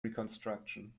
reconstruction